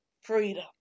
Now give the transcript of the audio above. freedom